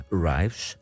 Arrives